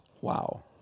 Wow